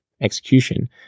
execution